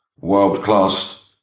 world-class